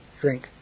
drink